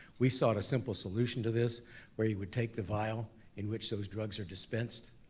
we sought a simple solution to this where you would take the vial in which those drugs are dispensed,